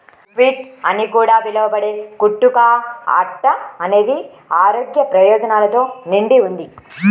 buckwheat అని కూడా పిలవబడే కుట్టు కా అట్ట అనేది ఆరోగ్య ప్రయోజనాలతో నిండి ఉంది